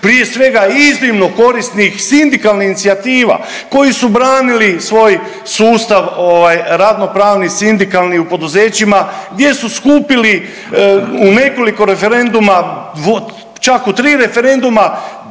prije svega iznimno korisnih sindikalnih inicijativa koji su branili svoj sustav radno-pravni, sindikalni u poduzećima gdje su skupili u nekoliko referenduma čak u tri referenduma